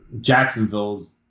Jacksonville's